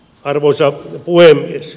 arvoisa puhemies